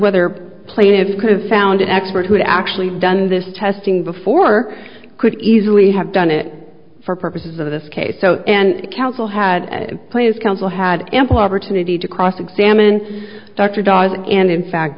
whether plaintiff has found expert who had actually done this testing before could easily have done it for purposes of this case so and counsel had players counsel had ample opportunity to cross examine dr da and in fact